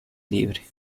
libre